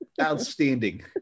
outstanding